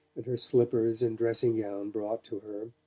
and her slippers and dressing-gown brought to her.